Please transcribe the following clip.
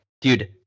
dude